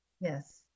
Yes